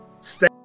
Stay